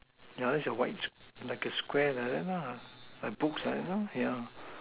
yeah that's a white like a Square like that lah like books like that yeah